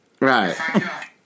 Right